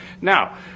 Now